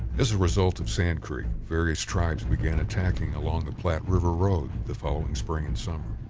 as a result of sand creek, various tribes began attacking along the platte river road the following spring and summer.